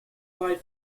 bye